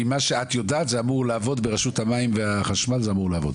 ממה שאת יודעת זה אמור לעבוד ברשות המים והחשמל זה אמור לעבוד?